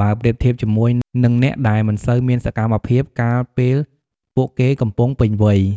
បើប្រៀបធៀបជាមួយនឹងអ្នកដែលមិនសូវមានសកម្មភាពកាលពេលពួកគេកំពុងពេញវ័យ។